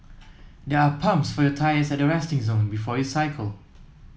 there are pumps for your tyres at the resting zone before you cycle